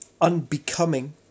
unbecoming